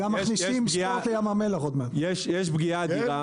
יש פגיעה אדירה